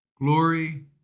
Glory